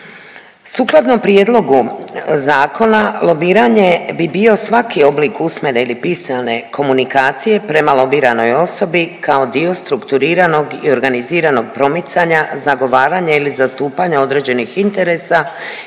Sukladno prijedlogu zakona lobiranje bi bio svaki oblik usmene ili pisane komunikacije prema lobiranoj osobi kao dio strukturiranog i organiziranog promicanja, zagovaranja ili zastupanja određenih interesa